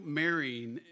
marrying